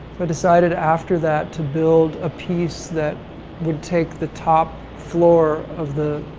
but decided after that to build a piece that would take the top floor of the,